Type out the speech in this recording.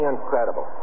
incredible